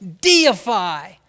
deify